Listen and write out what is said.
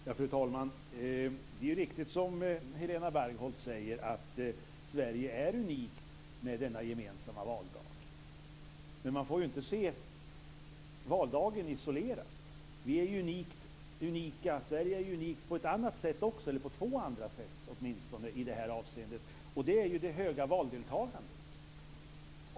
Fru talman! Det är riktigt, som Helena Bargholtz säger, att Sverige är unikt med den gemensamma valdagen. Men man får inte se valdagen isolerat. Sverige är unikt på åtminstone två andra sätt i det här avseendet. Det är ett högt valdeltagande.